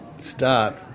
start